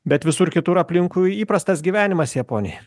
bet visur kitur aplinkui įprastas gyvenimas japonijoj